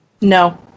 No